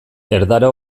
erdara